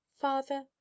father